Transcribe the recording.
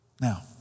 Now